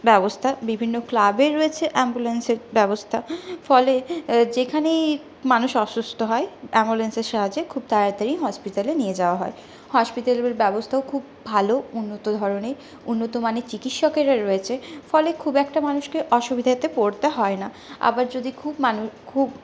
ব্যবস্থা বিভিন্ন ক্লাবের রয়েছে অ্যাম্বুলেন্সের ব্যবস্থা ফলে যেখানেই মানুষ অসুস্থ হয় অ্যাম্বুলেন্সের সাহায্যে খুব তাড়াতাড়ি হসপিটালে নিয়ে যাওয়া হয় হসপিটালগুলির ব্যবস্থাও খুব ভালো উন্নত ধরণের উন্নতমানের চিকিৎসকেরা রয়েছে ফলে খুব একটা মানুষকে অসুবিধাতে পরতে হয় না আবার যদি খুব মানুষ খুব